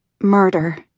murder